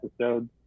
episodes